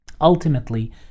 ultimately